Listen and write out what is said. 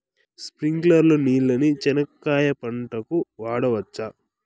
స్ప్రింక్లర్లు నీళ్ళని చెనక్కాయ పంట కు వాడవచ్చా?